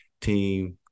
team